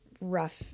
rough